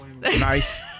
nice